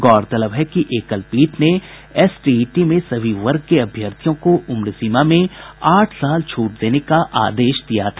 गौरतलब है कि एकल पीठ ने एसटीईटी में सभी वर्ग के अभ्यर्थियों को उम्र सीमा में आठ साल छूट देने का आदेश दिया था